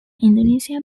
indonesia